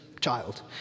child